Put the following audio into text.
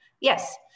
Yes